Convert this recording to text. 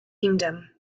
kingdom